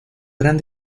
gran